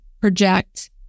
project